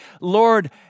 Lord